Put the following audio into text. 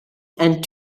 and